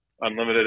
unlimited